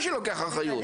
בוודאי שאני לוקח אחריות.